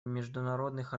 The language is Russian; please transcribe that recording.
международных